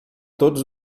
todos